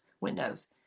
windows